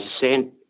sent